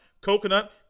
Coconut